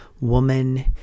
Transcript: woman